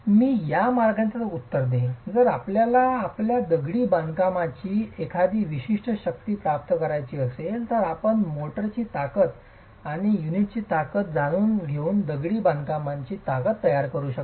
मी या मार्गाने त्यास उत्तर देईन जर आपल्याला आपल्या दगडी बांधकामाची एखादी विशिष्ट शक्ती प्राप्त करायची असेल तर आपण मोर्टारची ताकद आणि युनिटची ताकद जाणून घेऊन दगडी बांधकामाची ताकद तयार करू शकता